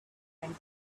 and